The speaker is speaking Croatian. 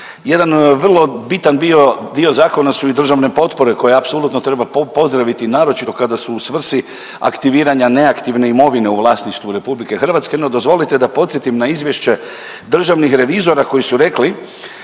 Jedan vrlo bitan dio zakona su i državne potpore, koje apsolutno treba pozdraviti, naročito kada su u svrsi aktiviranja neaktivne imovine u vlasništvu RH, no dozvolite da podsjetim izvješće državnih revizora koji su rekli